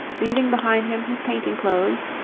leaving behind him his painting-clothes,